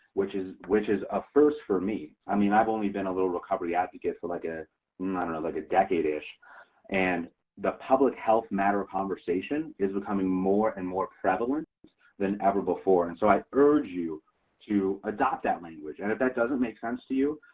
which is which is a first for me. i mean i've only been a little recovery advocate for like ah like a decade-ish and the public health matter of conversation is becoming more and more prevalent than ever before and so i urge you to adopt that language and if that doesn't make sense to you